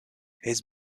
his